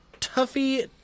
Tuffy